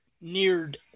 neared